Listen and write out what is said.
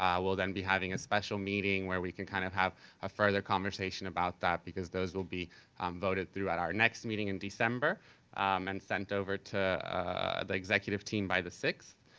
we'll then be having a special meeting where we can kind of have a further conversation about that because those will be voted throughout our next meeting in december and sent over to the executive team by the sixth.